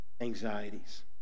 anxieties